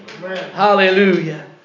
Hallelujah